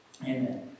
amen